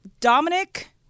Dominic